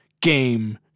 game